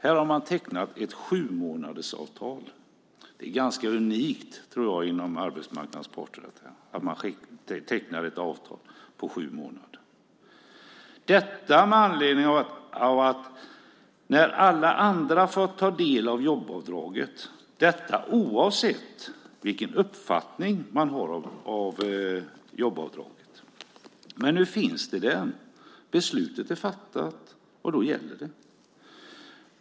Här har man tecknat ett sjumånadersavtal. Det är ganska unikt, tror jag, bland arbetsmarknadens parter att man tecknar ett avtal på sju månader, detta med anledning av att alla får ta del av jobbavdraget. Oavsett vilken uppfattning man har om jobbavdraget finns det där. Beslutet är fattat, och då gäller det.